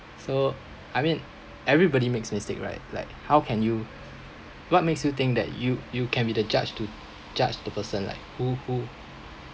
so I mean everybody makes mistake right like how can you what makes you think that you you can be the judge to judge the person like who who